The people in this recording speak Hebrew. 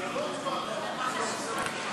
הכנסה (מס' 226),